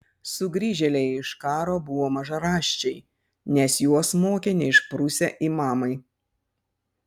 sugrįžėliai iš karo buvo mažaraščiai nes juos mokė neišprusę imamai